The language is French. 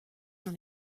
dans